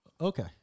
Okay